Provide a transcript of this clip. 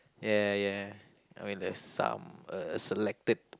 ya ya I mean there's some uh selected